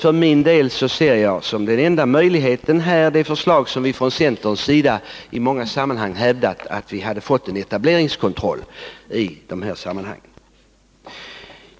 För min del ser jag som den enda möjligheten här det förslag som vi från centerns sida i många sammanhang fört fram, nämligen att en etableringskontroll skall införas.